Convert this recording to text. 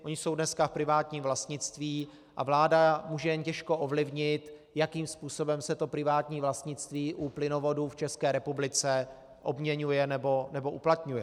Ony jsou dneska v privátním vlastnictví a vláda může jen těžko ovlivnit, jakým způsobem se to privátní vlastnictví u plynovodů v České republice obměňuje nebo uplatňuje.